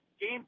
game